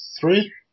three